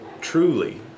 truly